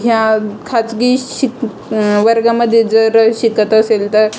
ह्या खाजगी शिक् वर्गामध्ये जर शिकत असेल तर